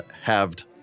halved